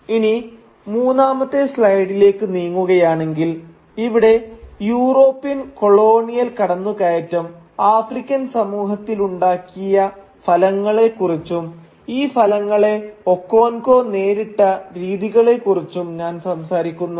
ഇനി മൂന്നാമത്തെ സ്ലൈഡിലേക്ക് നീങ്ങുകയാണെങ്കിൽ ഇവിടെ യൂറോപ്യൻ കൊളോണിയൽ കടന്നുകയറ്റം ആഫ്രിക്കൻ സമൂഹത്തിലുണ്ടാക്കിയ ഫലങ്ങളെക്കുറിച്ചും ഈ ഫലങ്ങളെ ഒക്കോൻകോ നേരിട്ട രീതികളെക്കുറിച്ചും ഞാൻ സംസാരിക്കുന്നുണ്ട്